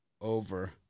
over